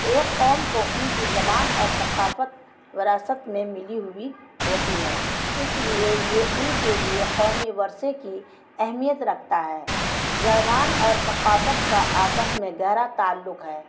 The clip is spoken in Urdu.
ایک قوم کو ان کی زبان اور ثقافت وراثت میں ملی ہوئی ہوتی ہے اس لیے یہ ان کے لیے قومی ورثے کی اہمیت رکھتا ہے زبان اور ثقافت کا آپس میں گہرا تعلق ہے